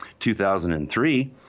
2003